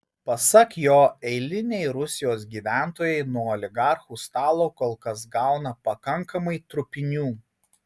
pasak jo eiliniai rusijos gyventojai nuo oligarchų stalo kol kas gauna pakankamai trupinių